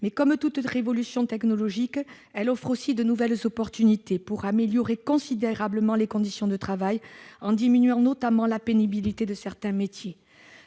comme toute révolution technologique, elle offre aussi de nouvelles opportunités pour améliorer considérablement les conditions de travail, notamment en diminuant la pénibilité de certains métiers.